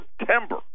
September